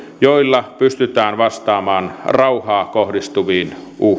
joilla pystytään vastaamaan rauhaan kohdistuviin uhkiin